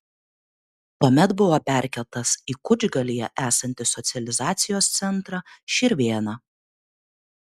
tuomet buvo perkeltas į kučgalyje esantį socializacijos centrą širvėna